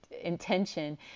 intention